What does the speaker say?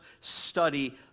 study